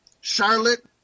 charlotte